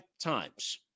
times